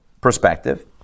perspective